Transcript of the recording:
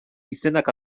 izenak